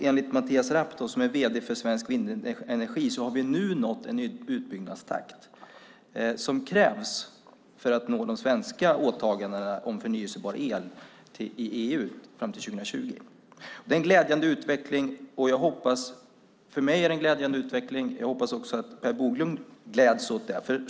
Enligt Mattias Rapp, som är vd för Svensk Vindenergi, har vi nu nått den utbyggnadstakt som krävs för att nå de svenska åtagandena om förnybar el i EU fram till 2020. Jag tycker att det är en glädjande utveckling. Jag hoppas att också Per Bolund gläds åt det.